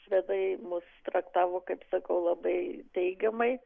švedai mus traktavo kaip sakau labai teigiamai